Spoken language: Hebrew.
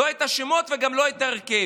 לא את השמות וגם לא את ההרכב.